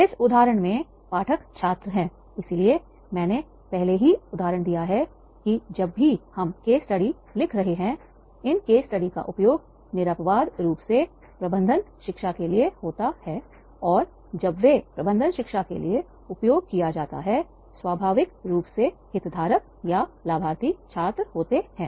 इस उदाहरण में पाठक छात्र हैं इसलिए मैंने पहले ही उदाहरण दिया है कि जब भी हम केस स्टडी लिख रहे हैंइन स्टडी का उपयोग निरपवाद रूप से प्रबंधन शिक्षा के लिए होता है और जब वे प्रबंधन शिक्षा के लिए उपयोग किया जाता है स्वाभाविक रूप से हितधारक या लाभार्थी छात्र होते हैं